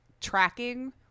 tracking